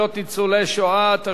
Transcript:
התשע"א 2011,